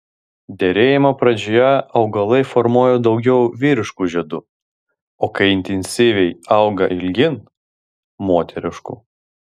derėjimo pradžioje augalai formuoja daugiau vyriškų žiedų o kai intensyviai auga ilgyn moteriškų